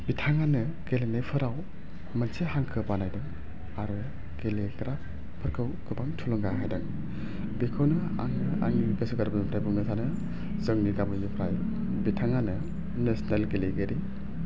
बिथाङानो गेलेनायफोराव मोनसे हांखो बानायदों आरो गेलेग्राफोरखौ गोबां थुलुंगा होदों बेखौनो आङो आंनि गोसो गोरबोनिफ्राय बुंनो सानो जोंनि गामिनिफ्राय बिथाङानो नेसेनेल गेलेगिरि